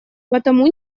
потому